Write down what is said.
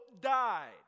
died